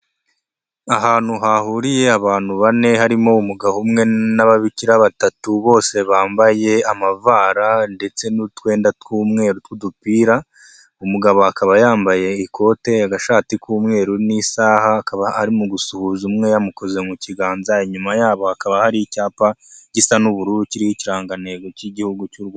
Ahantu hahuriye abantu bane, harimo umugabo umwe n'ababikira batatu bose bambaye amavara ndetse n'utwenda tw'umweru tw'udupira, umugabo akaba yambaye ikote, agashati k'umweru n'isaha, akaba ari mu gusuhuza umwe yamukoze mu kiganza, inyuma yabo hakaba hari icyapa gisa n'ubururu kiriho ikirangantego cy'igihugu cy'u Rwanda.